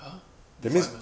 !huh! fireman